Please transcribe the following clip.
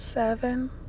Seven